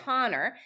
Connor